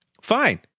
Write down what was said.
fine